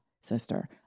sister